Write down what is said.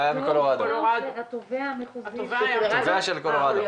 מקולורדו, התובע המחוזי של קולורדו.